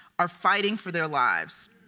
are fighting for their lives.